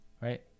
Right